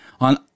on